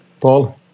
Paul